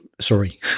Sorry